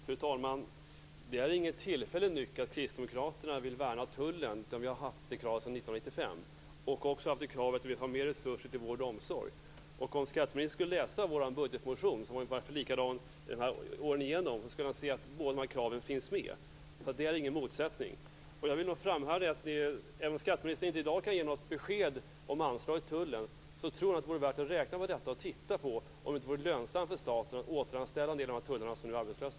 Fru talman! Det är ingen tillfällig nyck att Kristdemokraterna vill värna tullen, utan vi har haft det kravet sedan 1995, liksom vi har drivit kravet om mer resurser till vård och omsorg. Om skatteministern läste vår budgetmotion, som varit ungefär likadan under de här åren, skulle han se att båda de här kraven finns med. Detta är alltså ingen motsättning. Även om skatteministern inte i dag kan ge något besked om anslaget till tullen tror jag att det vore värt att räkna på detta och att titta på om det inte vore lönsamt för staten att återanställa en del av de tullare som nu är arbetslösa.